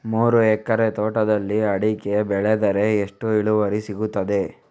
ಮೂರು ಎಕರೆ ತೋಟದಲ್ಲಿ ಅಡಿಕೆ ಬೆಳೆದರೆ ಎಷ್ಟು ಇಳುವರಿ ಸಿಗುತ್ತದೆ?